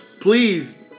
please